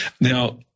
Now